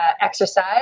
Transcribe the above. exercise